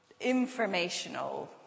informational